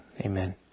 Amen